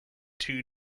too